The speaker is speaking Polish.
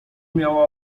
miała